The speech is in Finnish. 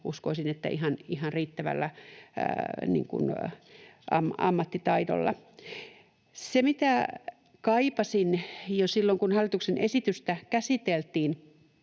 uskoisin, ihan riittävällä ammattitaidolla. Jo silloin kun hallituksen esitystä käsiteltiin,